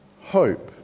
hope